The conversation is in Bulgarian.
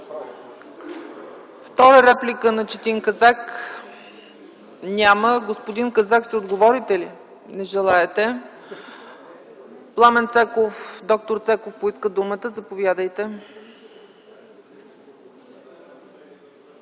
Втора реплика на Четин Казак? Няма. Господин Казак, ще отговорите ли? – Не желаете. Доктор Пламен Цеков поиска думата. Заповядайте.